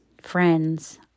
friends